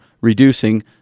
reducing